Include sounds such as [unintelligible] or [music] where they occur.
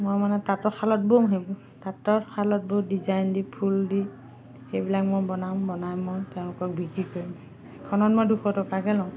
মই মানে তাঁতৰ শালত [unintelligible] তাঁতৰ শালত বহুত ডিজাইন দি ফুল দি সেইবিলাক মই বনাম বনাই মই তেওঁলোকক বিক্ৰী কৰিম এখনত মই দুশ টকাকে লওঁ